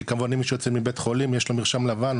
כי כאמור מי שיוצא מבית חולים יש לו מרשם לבן,